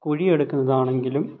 കുഴിയെടുക്കുന്നതാണെങ്കിലും